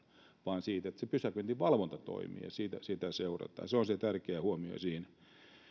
vaan siitä että pysäköintivalvonta toimii ja sitä seurataan se on se tärkeä huomio siinä